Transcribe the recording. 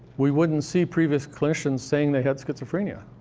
we wouldn't see previous clinicians saying they had schizophrenia.